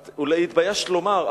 את אולי התביישת לומר,